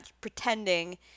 pretending